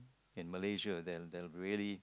in Malaysia there there there really